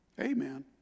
Amen